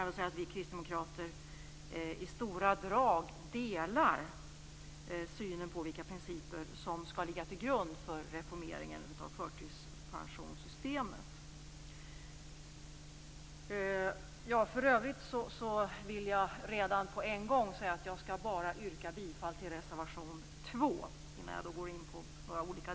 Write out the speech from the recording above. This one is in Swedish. Vi kristdemokrater delar i stora drag synen på vilka principer som skall ligga till grund för reformeringen av förtidspensionssystemet. För övrigt vill jag redan på en gång, innan jag går in på olika delar, säga att jag bara skall yrka bifall till reservation 2.